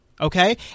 Okay